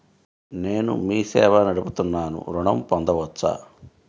నేను మీ సేవా నడుపుతున్నాను ఋణం పొందవచ్చా?